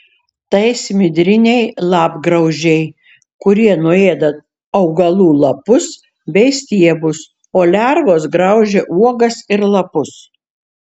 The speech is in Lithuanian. tai smidriniai lapgraužiai kurie nuėda augalų lapus bei stiebus o lervos graužia uogas ir lapus